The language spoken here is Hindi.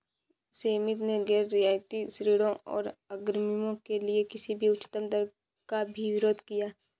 समिति ने गैर रियायती ऋणों और अग्रिमों के लिए किसी भी उच्चतम दर का भी विरोध किया